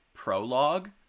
prologue